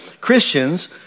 Christians